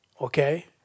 Okay